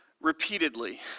repeatedly